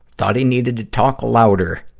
thought he needed to talk louder